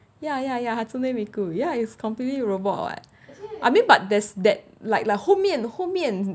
ya ya ya hatsune miku ya is completely robot [what] I mean but there's that like like 后面后面